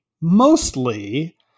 mostly